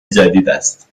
جدیداست